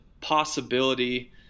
possibility